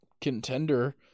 contender